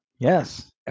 Yes